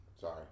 Sorry